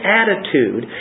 attitude